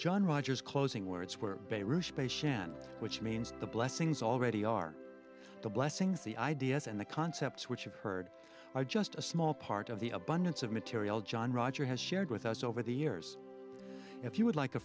john rogers closing words were in which means the blessings already are the blessings the ideas and the concepts which you've heard are just a small part of the abundance of material john roger has shared with us over the years if you would like a